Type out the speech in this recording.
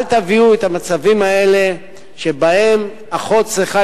אל תביאו את המצבים האלה שבהם אחות צריכה